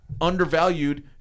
undervalued